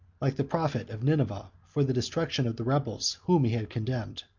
like the prophet of nineveh, for the destruction of the rebels whom he had condemned.